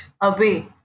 away